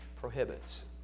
prohibits